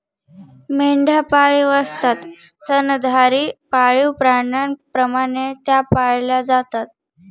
मेंढ्या पाळीव असतात स्तनधारी पाळीव प्राण्यांप्रमाणे त्या पाळल्या जातात